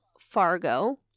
Fargo